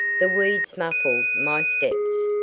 the weeds muffled my steps.